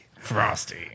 Frosty